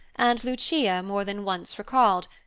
and lucia more than once recalled,